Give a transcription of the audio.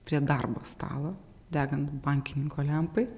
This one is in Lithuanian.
prie darbo stalo degant bankininko lempai